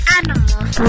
animals